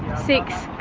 six,